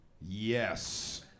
Yes